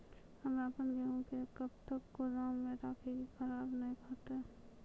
हम्मे आपन गेहूँ के कब तक गोदाम मे राखी कि खराब न हते?